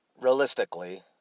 realistically